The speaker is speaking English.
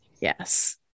Yes